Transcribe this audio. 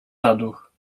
zaduch